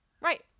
right